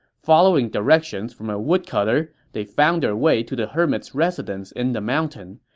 following directions from a woodcutter, they found their way to the hermit's residence in the mountain.